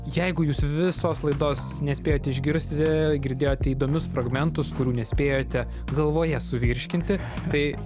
jeigu jūs visos laidos nespėjote išgirsti girdėjote įdomius fragmentus kurių nespėjote galvoje suvirškinti tai